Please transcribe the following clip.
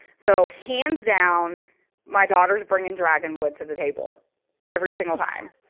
so hands down my daughters bring in dragon wood to the table every single time.